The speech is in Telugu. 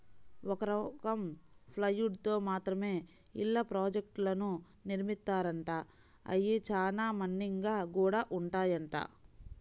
ఒక రకం ప్లైవుడ్ తో మాత్రమే ఇళ్ళ ప్రాజెక్టులను నిర్మిత్తారంట, అయ్యి చానా మన్నిగ్గా గూడా ఉంటాయంట